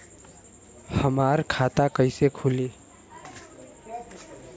हमार खाता कईसे खुली?